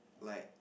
like